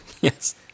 Yes